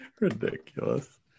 Ridiculous